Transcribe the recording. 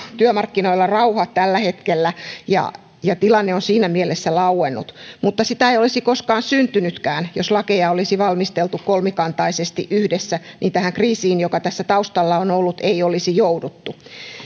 työmarkkinoilla rauha tällä hetkellä ja ja tilanne on siinä mielessä lauennut mutta sitä ei olisi koskaan syntynytkään jos lakeja olisi valmisteltu kolmikantaisesti yhdessä niin tähän kriisiin joka tässä taustalla on ollut ei olisi jouduttu